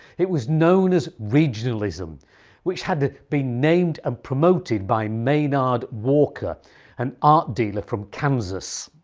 it was known as regionalism which had been named and promoted, by maynard walker an art dealer from kansas